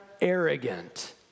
arrogant